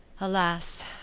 alas